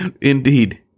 Indeed